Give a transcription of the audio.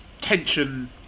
tension